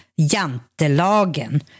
Jantelagen